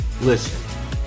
Listen